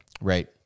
Right